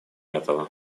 этого